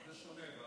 זה שונה.